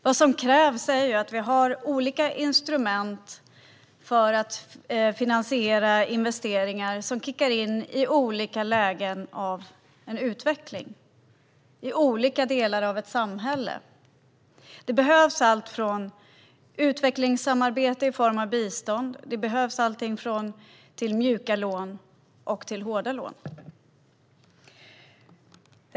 Det som krävs är att vi har olika instrument för att finansiera investeringar som kickar in i olika lägen av en utveckling, i olika delar av ett samhälle. Det behövs utvecklingssamarbete i form av bistånd. Och det behövs allt från mjuka lån till hårda lån.